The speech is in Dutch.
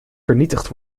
vernietigd